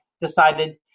decided